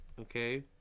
okay